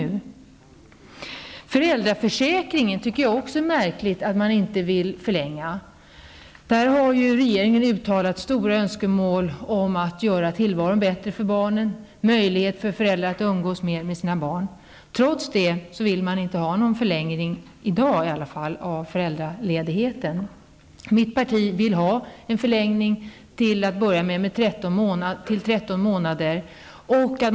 Att man inte vill förlänga föräldraförsäkringen tycker jag också är märkligt. Regeringen har uttalat starka önskemål om att göra tillvaron bättre för barnen och talat om att det skall finnas möjlighet för föräldrarna att umgås mera med sina barn. Trots detta vill man i varje fall inte i dag ha en förlängning av föräldraledigheten. Mitt parti önskar en förlängning, till att börja med till 13 månader.